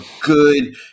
good